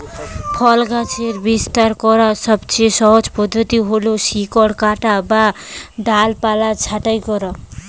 ফল গাছের বিস্তার করার সবচেয়ে সহজ পদ্ধতি হল শিকড় কাটা বা ডালপালা ছাঁটাই করা